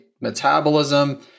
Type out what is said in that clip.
metabolism